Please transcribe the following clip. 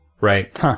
right